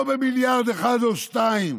לא במיליארד אחד או שניים,